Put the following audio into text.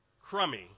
Crummy